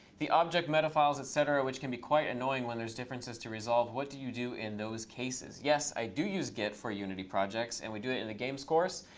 the object metafiles, et cetera, which can be quite annoying when there's differences to resolve. what do you do in those cases? yes, i do use git for unity projects. and we do it in the games course.